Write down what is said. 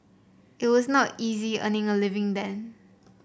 it was not easy earning a living then